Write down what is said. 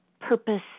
purpose